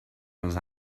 els